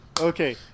Okay